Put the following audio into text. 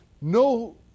No